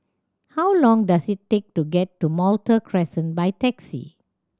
how long does it take to get to Malta Crescent by taxi